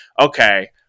okay